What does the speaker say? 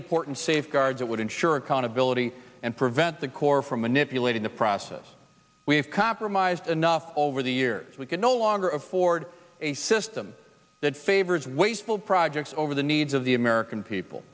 important safeguards that would ensure accountability and prevent the corps from manipulating the process we've compromised enough over the years we could no longer afford a system that favors wasteful projects over the needs of the american people